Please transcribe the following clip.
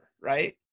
right